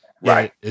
right